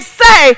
say